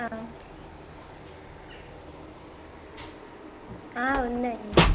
ఉందండి